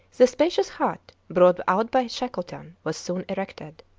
the spacious hut, brought out by shackleton, was soon erected.